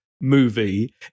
movie